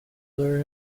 lure